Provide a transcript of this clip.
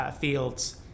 fields